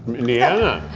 indiana?